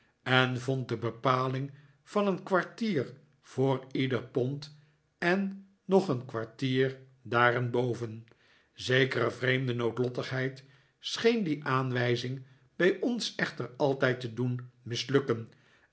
en vond de bepaling van een kwartier voor ieder pond en nog een kwartier daarenboven zekere vreemde noodlottigheid scheen die aanwijzing bij ons echter altijd te doen mislukken